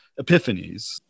epiphanies